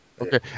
Okay